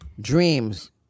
dreams